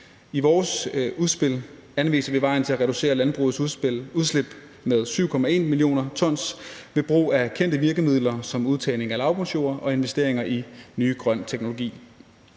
I vores udspil anviser vi vejen til at reducere landbrugets udslip med 7,1 mio. t ved brug af kendte virkemidler som udtagning af lavbundsjord og investeringer i ny grøn teknologi.